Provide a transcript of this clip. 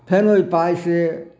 फेर ओहि पाइ से